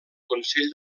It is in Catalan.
consell